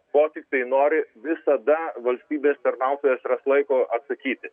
ko tiktai nori visada valstybės tarnautojas ras laiko atsakyti